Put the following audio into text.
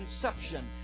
conception